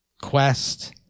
Quest